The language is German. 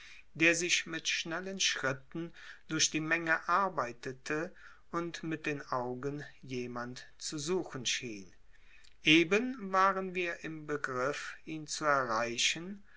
der sich mit schnellen schritten durch die menge arbeitete und mit den augen jemand zu suchen schien eben waren wir im begriff ihn zu erreichen